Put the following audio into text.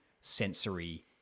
sensory